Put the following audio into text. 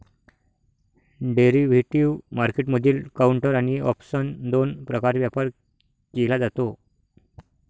derivative मार्केटमधील counter आणि option दोन प्रकारे व्यापार केला जातो